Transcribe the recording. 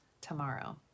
tomorrow